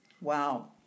Wow